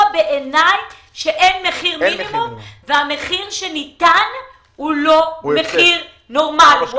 שאין מחיר מינימום והמחיר שניתן הוא לא מחיר נורמלי.